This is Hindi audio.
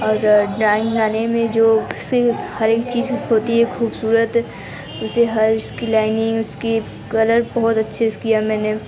और ड्राइंग बनाने में जो से हर एक चीज होती है खूबसूरत उसे हर उसकी लाइनें उसकी कलर को बहुत अच्छे से किया मैंने